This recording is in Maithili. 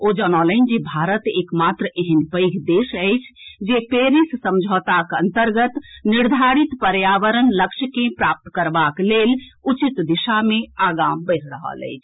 ओ जनौलनि जे भारत एकमात्र एहेन पैध देश अछि जे पेरिस समझौताक अन्तर्गत निर्धारित पर्यावरण लक्ष्य के प्राप्त करबाक लेल उचित दिशा मे आगां बढ़ि रहल अछि